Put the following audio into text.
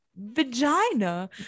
vagina